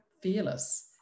fearless